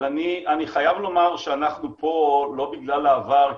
אבל אני חייב לומר שאנחנו פה לא בגלל העבר,